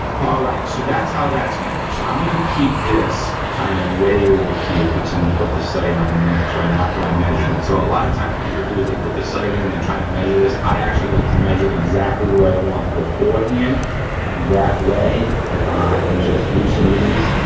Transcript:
all right, so that's how that's gonna work. so i'm gonna keep this kind of way over here because i'm gonna put the sight on next right after i measured it. so a lot of times what people do, is they put the sight in, they're trying to measure this, i actually like to measure it exactly where i want beforehand that way i can just loosen these,